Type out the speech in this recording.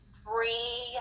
three